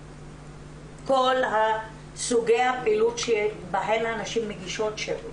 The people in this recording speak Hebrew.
כל סוגי הפעילות שבהן הנשים מגישות שירות,